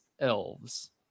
elves